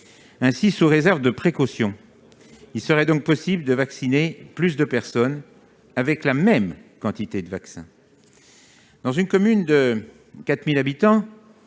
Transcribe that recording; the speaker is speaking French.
Ainsi, sous réserve de certaines précautions, il serait possible de vacciner plus de personnes avec la même quantité de vaccin. Dans une commune de 4 000 habitants-